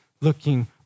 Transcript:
looking